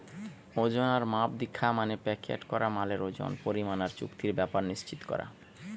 ওজন আর মাপ দিখা মানে প্যাকেট করা মালের ওজন, পরিমাণ আর চুক্তির ব্যাপার নিশ্চিত কোরা